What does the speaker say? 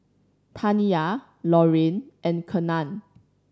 Taniyah Lorayne and Kenan